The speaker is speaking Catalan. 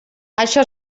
això